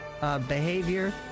behavior